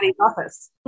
office